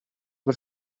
per